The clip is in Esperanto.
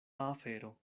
afero